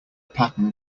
pattern